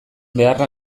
beharra